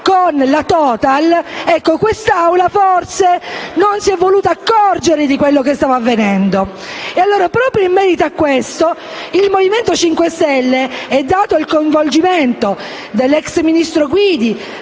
con la Total. Questa Assemblea forse non si è voluto accorgere di quello che stava avvenendo. Proprio in merito a questo il Movimento 5 Stelle, dato il coinvolgimento dell'ex ministro Guidi,